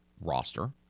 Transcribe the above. roster